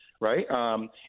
right